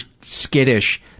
skittish